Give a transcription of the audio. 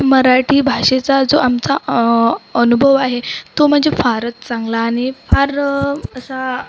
मराठी भाषेचा जो आमचा अनुभव आहे तो म्हणजे फारच चांगला आणि फार असा